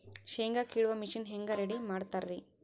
ಶೇಂಗಾ ಕೇಳುವ ಮಿಷನ್ ಹೆಂಗ್ ರೆಡಿ ಮಾಡತಾರ ರಿ?